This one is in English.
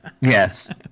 yes